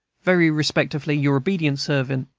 very respectfully, your obedient servant,